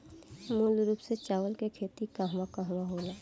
मूल रूप से चावल के खेती कहवा कहा होला?